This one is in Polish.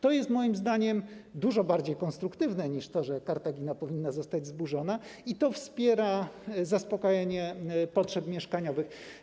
To jest moim zdaniem dużo bardziej konstruktywne niż to, że Kartagina powinna zostać zburzona, i to wspiera zaspokajanie potrzeb mieszkaniowych.